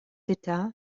état